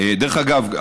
דרך אגב,